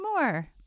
more